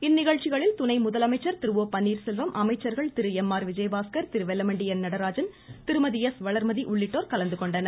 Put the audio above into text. இந்நிகழ்ச்சிகளில் துணை முதலமைச்சர் திரு ஓ பன்னீர்செல்வம் அமைச்சர்கள் திரு எம் ஆர் விஜயபாஸ்கர் திரு வெல்லமண்டி என் நடராஜன் திருமதி எஸ் வளர்மதி உள்ளிட்டோர் கலந்துகொண்டனர்